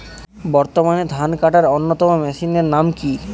বর্তমানে ধান কাটার অন্যতম মেশিনের নাম কি?